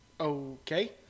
Okay